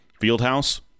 Fieldhouse